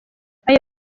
ayo